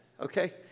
okay